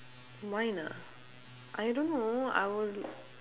mine ah I don't know I was